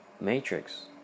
matrix